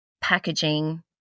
packaging